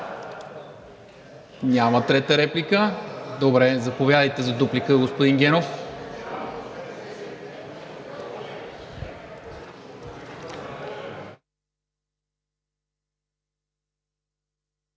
ли трета реплика? Няма. Заповядайте за дуплика, господин Генов.